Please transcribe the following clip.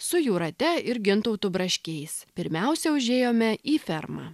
su jūrate ir gintautu braškiais pirmiausia užėjome į fermą